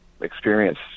experience